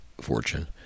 fortune